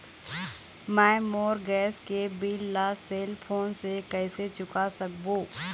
मैं मोर गैस के बिल ला सेल फोन से कइसे चुका सकबो?